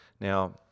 Now